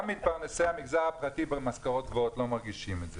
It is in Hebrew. גם מתפרנסי המגזר הפרטי במשכורות גבוהות לא מרגישים את זה.